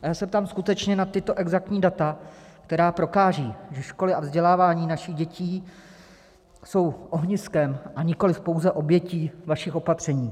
Já se ptám skutečně na tato exaktní data, která prokážou, že školy a vzdělávání našich dětí jsou ohniskem, a nikoliv pouze obětí vašich opatření.